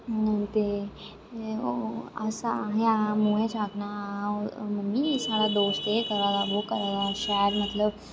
असें रोज आखना मम्मी साढ़ा दोस्त एह् करा दा ओह् करा दा शैल मतलब